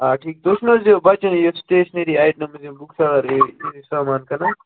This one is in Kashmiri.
آ ٹھیٖک تُہۍ چھُو نا حظ یہِ بَچَن یہِ سِٹیٚشنٔری آیٹَمٕز یِم بُک سیٚلَر یہِ سامان کٕنان